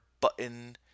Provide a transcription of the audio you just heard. button